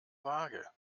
waage